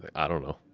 i don't know,